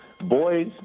Boys